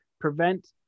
prevent